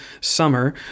summer